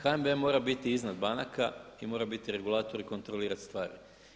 HNB mora biti iznad banaka i mora biti regulator i kontrolirati stvari.